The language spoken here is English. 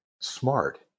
smart